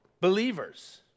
Believers